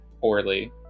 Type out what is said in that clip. poorly